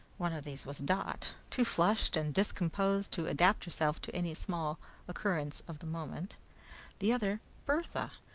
one of these was dot, too flushed and discomposed to adapt herself to any small occurrence of the moment the other, bertha,